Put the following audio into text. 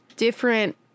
Different